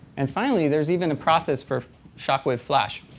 and finally, there's even a process for shockwave flash.